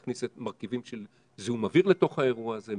להכניס מרכיבים של זיהום אוויר לתוך האירוע הזה,